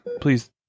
Please